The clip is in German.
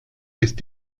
ist